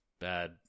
bad